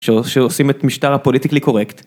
‫שעושים את משטר הפוליטיקלי קורקט.